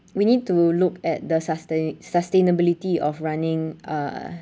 we need to look at the sustain~ sustainability of running uh